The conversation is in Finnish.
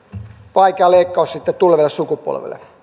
vaikea leikkaus tulee perinnöksi tuleville sukupolville